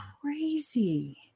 crazy